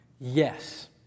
Yes